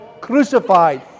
crucified